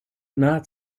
not